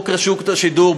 לגבי חוק רשות השידור,